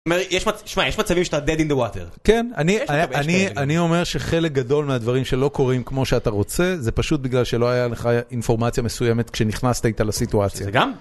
יש מצבים שאתה dead in the water. כן, אני אומר שחלק גדול מהדברים שלא קורים כמו שאתה רוצה זה פשוט בגלל שלא היה לך אינפורמציה מסוימת כשנכנסת איתה לסיטואציה. שזה גם